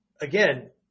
again